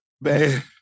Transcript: Man